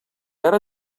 ara